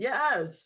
Yes